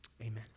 amen